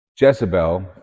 Jezebel